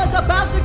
ah about